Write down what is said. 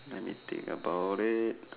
I need think about it